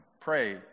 Pray